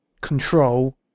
control